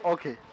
Okay